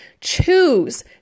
Choose